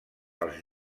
als